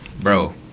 bro